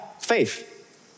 faith